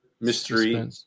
mystery